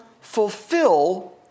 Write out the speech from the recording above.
fulfill